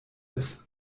ist